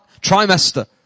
Trimester